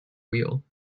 wheel